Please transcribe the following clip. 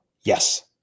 Yes